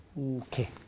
Okay